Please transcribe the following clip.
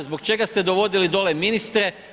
Zbog čega ste dovodili dole ministre?